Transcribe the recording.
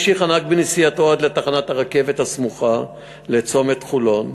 המשיך הנהג בנסיעתו עד לתחנת הרכבת הסמוכה לצומת חולון,